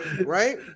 right